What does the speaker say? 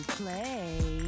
play